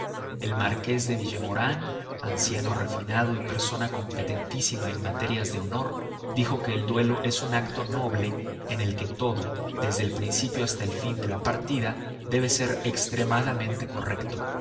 el marqués de villemaurin anciano refinado y persona competentísima en materias de honor dijo que el duelo es un acto noble en el que todo desde el principio hasta el fin de la partida debe ser extremadamente correcto